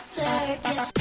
circus